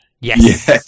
Yes